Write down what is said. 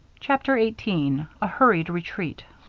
chapter eighteen a hurried retreat